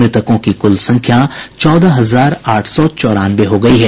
मृतकों की कुल संख्या चौदह हजार आठ सौ चौरानवे हो गई है